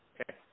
Okay